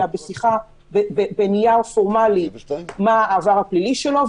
אלא בנייר פורמלי מה העבר הפלילי שלו,